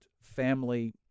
family